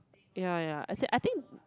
ya ya as in I think